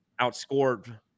outscored